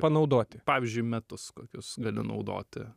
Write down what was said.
panaudoti pavyzdžiui metus kokius gali naudoti